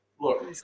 Look